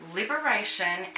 liberation